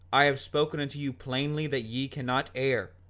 i have spoken unto you plainly that ye cannot err,